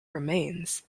remains